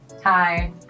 hi